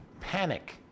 Panic